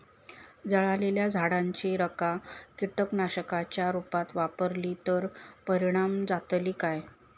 जळालेल्या झाडाची रखा कीटकनाशकांच्या रुपात वापरली तर परिणाम जातली काय?